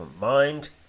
Mind